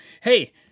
Hey